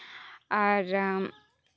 ᱟᱨ